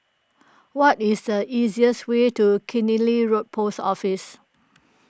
what is the easiest way to Killiney Road Post Office